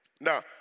Now